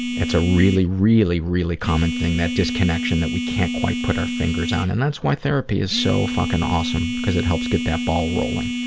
it's a really, really, really common thing, that disconnection that we can't quite put our fingers on and that's why therapy is so fucking awesome. because it helps get that ball rolling.